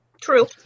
True